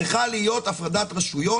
צריכה להיות הפרדת רשויות.